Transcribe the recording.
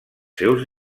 seus